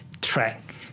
track